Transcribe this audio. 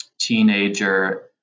teenager